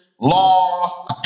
law